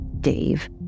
Dave